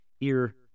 ear